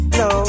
no